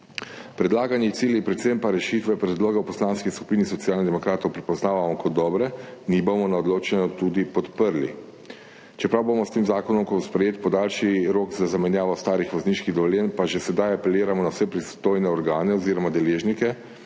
Predlagane cilje, predvsem pa rešitve predloga v Poslanski skupini Socialnih demokratov prepoznavamo kot dobre in jih bomo na odločanju tudi podprli. Čeprav bomo s tem zakonom, ko bo sprejet, podaljšali rok za zamenjavo starih vozniških dovoljenj, pa že sedaj apeliramo na vse pristojne organe oziroma deležnike,